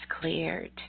cleared